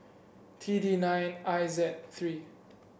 T D nine I Z three